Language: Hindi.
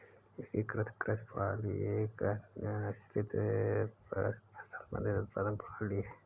एकीकृत कृषि प्रणाली एक अन्योन्याश्रित, परस्पर संबंधित उत्पादन प्रणाली है